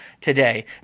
today